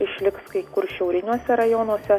išliks kai kur šiauriniuose rajonuose